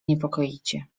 niepokoicie